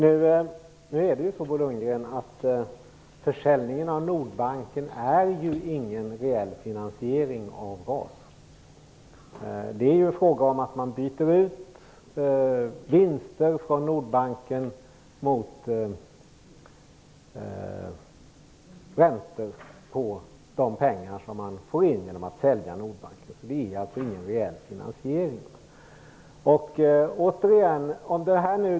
Fru talman! Försäljningen av Nordbanken är ju ingen reell finansiering av RAS. Det är fråga om att byta ut vinster från Nordbanken mot räntor på de pengar som man får in från en sådan försäljning. Det innebär alltså ingen reell finansiering.